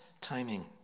timing